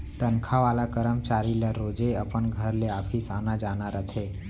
तनखा वाला करमचारी ल रोजे अपन घर ले ऑफिस आना जाना रथे